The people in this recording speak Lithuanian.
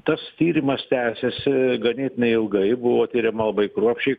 tas tyrimas tęsėsi ganėtinai ilgai buvo tiriama labai kruopščiai